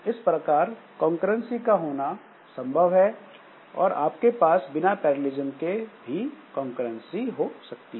इस प्रकार कॉन्करेंसी का होना संभव है और आपके पास बिना पैरेललिस्म के भी कॉन्करेंसी हो सकती है